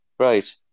Right